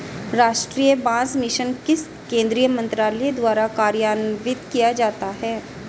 राष्ट्रीय बांस मिशन किस केंद्रीय मंत्रालय द्वारा कार्यान्वित किया जाता है?